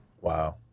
Wow